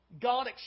God